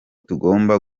tugomba